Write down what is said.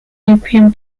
opium